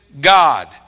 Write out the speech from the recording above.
God